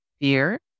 Fear